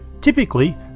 Typically